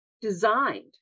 designed